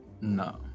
No